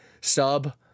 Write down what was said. sub